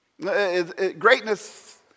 Greatness